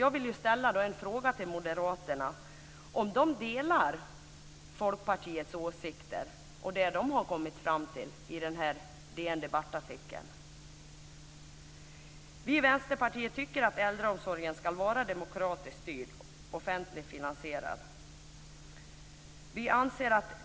Jag vill fråga om Moderaterna delar Folkpartiets åsikter när det gäller vad de har kommit fram till i DN Debatt-artikeln. Vi i Vänsterpartiet tycker att äldreomsorgen ska vara demokratiskt styrd och offentligt finansierad.